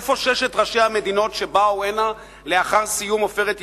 איפה ששת ראשי המדינות שבאו הנה לאחר סיום "עופרת יצוקה"